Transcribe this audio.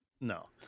no